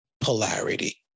polarity